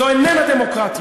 זו איננה דמוקרטיה.